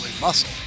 muscle